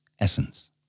Essence